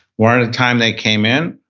one at a time, they came in.